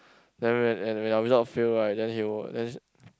then when and when our result fail right then he will then